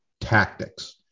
tactics